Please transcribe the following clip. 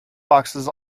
boxes